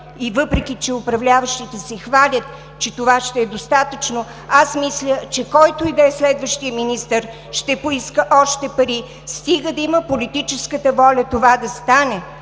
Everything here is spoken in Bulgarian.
и, въпреки че управляващите се хвалят, че това ще е достатъчно, аз мисля, че който и да е следващият министър, ще поиска още пари, стига да има политическата воля това да стане.